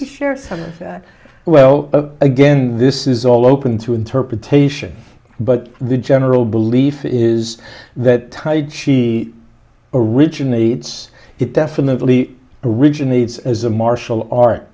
you share well again this is all open to interpretation but the general belief is that tide she originates it definitely originates as a martial art